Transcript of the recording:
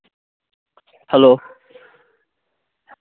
hello